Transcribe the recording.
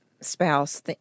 spouse